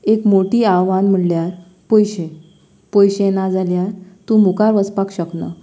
एक मोठें आव्हान म्हळ्यार पयशें पयशें नाजाल्यार तूं मुखार वचपाक शकना